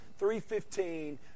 3:15